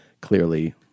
clearly